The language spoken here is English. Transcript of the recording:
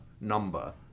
number